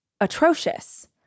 atrocious